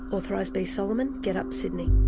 authorised, b. solomon. get-up sydney.